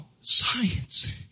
science